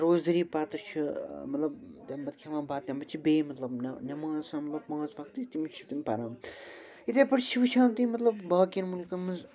روزدٔری پتہٕ چھِ مطلب تمہِ پتہٕ کھٮ۪وان بتہٕ تَمہِ پتہٕ چھِ بیٚیہِ مطلب نٮ۪ماز آسان مطلب پانٛژ وقتٕچ تِم چھِ تِم پَران یِتھٕے پٲٹھۍ چھِ وُچھان تُہۍ مطلب باقین مُلکن منٛز